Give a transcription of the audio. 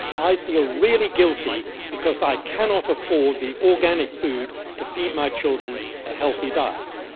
i feel really guilty because i cannot afford the organic food to feed my children a healthy diet.